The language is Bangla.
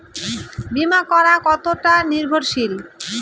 বীমা করা কতোটা নির্ভরশীল?